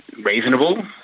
reasonable